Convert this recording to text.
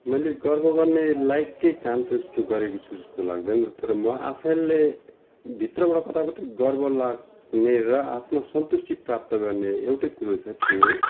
मैले गर्व गर्ने लायककै काम त उस्तो त गरेको छु जस्तो त लाग्दैन तर म आफैले भित्रबाट कताबाट गर्व लाग्ने र आत्मसन्तुष्टि प्राप्त गर्ने एउटै कुरो छ त्यो हो